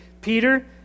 Peter